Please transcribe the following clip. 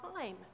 time